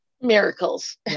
miracles